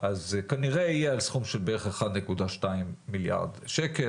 אז כנראה שזה על סכום של בערך 1.2 מיליארד שקל,